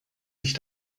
sich